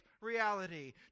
reality